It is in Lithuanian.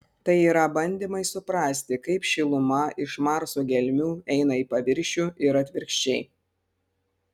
tai yra bandymai suprasti kaip šiluma iš marso gelmių eina į paviršių ir atvirkščiai